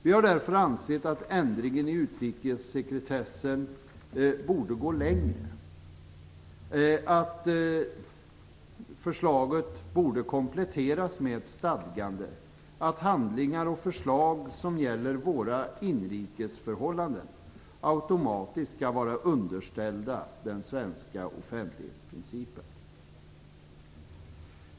Vi har därför ansett att ändringen i utrikessekretessen borde gå längre, dvs. att förslaget borde kompletteras med stadgandet att handlingar och förslag som gäller våra inrikes förhållanden automatiskt skall vara underställda den svenska offentlighetsprincipen.